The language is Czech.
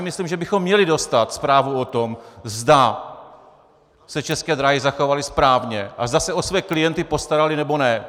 Myslím si, že bychom měli dostat zprávu o tom, zda se České dráhy zachovaly správně a zda se o své klienty postaraly, nebo ne.